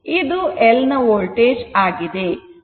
ಇದು L ನ voltage ಆಗಿದೆ